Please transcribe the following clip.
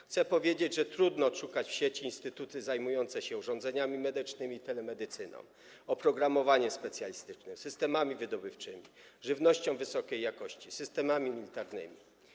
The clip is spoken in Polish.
Chcę powiedzieć, że trudno odszukać w sieci instytuty zajmujące się urządzeniami medycznymi, telemedycyną, oprogramowaniem specjalistycznym, systemami wydobywczymi, żywnością wysokiej jakości, systemami militarnymi.